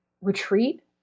Retreat